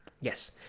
Yes